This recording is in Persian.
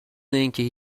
اینکه